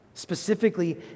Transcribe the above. Specifically